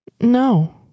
No